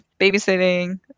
babysitting